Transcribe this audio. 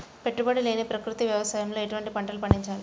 పెట్టుబడి లేని ప్రకృతి వ్యవసాయంలో ఎటువంటి పంటలు పండించాలి?